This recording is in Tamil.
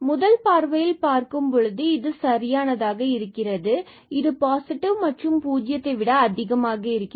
முதல் பார்வையில் பார்க்கும் பொழுது இது சரியானதாக இருக்கிறது இது பாசிடிவ் மற்றும் பூஜ்ஜியத்தை விட அதிகமாக இருக்கிறது